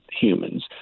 humans